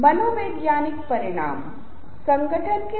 क्या दर्शकों की दिलचस्पी है